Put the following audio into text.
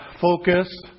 focus